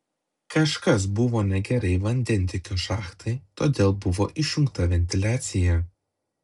kažkas buvo negerai vandentiekio šachtai todėl buvo išjungta ventiliacija